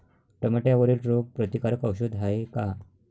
टमाट्यावरील रोग प्रतीकारक औषध हाये का?